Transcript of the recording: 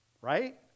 right